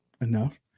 enough